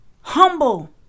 Humble